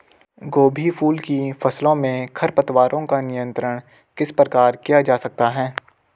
गोभी फूल की फसलों में खरपतवारों का नियंत्रण किस प्रकार किया जा सकता है?